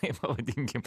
taip pavadinkim